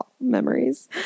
memories